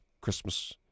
Christmas